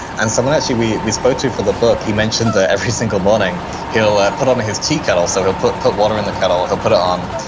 and someone actually that we spoke to for the book, he mentioned that every single morning he'll ah put on his tea kettle. so he'll put put water in the kettle, ah he'll put it on.